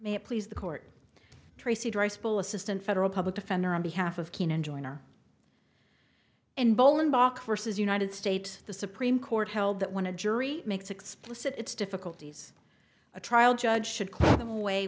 it please the court tracy dry spell assistant federal public defender on behalf of keenan joyner and bolan backcrosses united states the supreme court held that when a jury makes explicit its difficulties a trial judge should clear them away